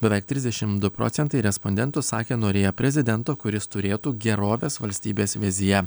beveik trisdešim du procentai respondentų sakė norėję prezidento kuris turėtų gerovės valstybės viziją